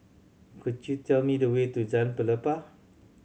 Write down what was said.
could you tell me the way to Jalan Pelepah